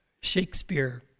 shakespeare